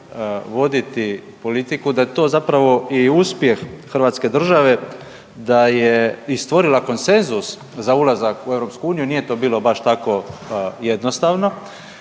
voditi politiku da je to zapravo i uspjeh Hrvatske države da je i stvorila konsenzus za ulazak u Europsku unije, nije to bilo baš tako jednostavno.